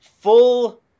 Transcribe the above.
full